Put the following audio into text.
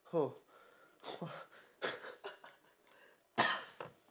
oh !wah!